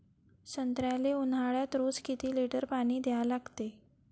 संत्र्याले ऊन्हाळ्यात रोज किती लीटर पानी द्या लागते?